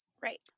Right